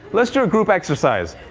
let's do a group exercise.